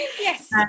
yes